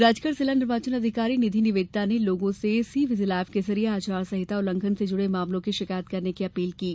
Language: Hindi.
राजगढ़ जिला निर्वाचन अधिकारी निधि निवेदिता ने लोगों से सी विजिल एप के जरिए आचार संहिता उल्लंघन से जुड़े मामलों की शिकायत करने की अपील की है